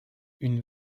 une